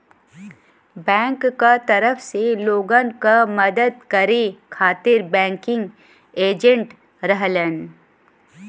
bank क तरफ से लोगन क मदद करे खातिर बैंकिंग एजेंट रहलन